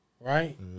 right